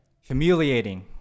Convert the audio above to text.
humiliating